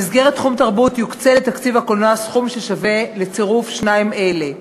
במסגרת תחום תרבות יוקצה לתקציב הקולנוע סכום ששווה לצירוף שניים אלה: